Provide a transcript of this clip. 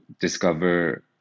discover